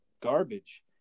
garbage